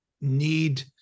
need